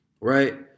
right